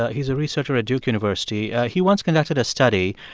ah he's a researcher at duke university. he once conducted a study.